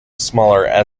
smaller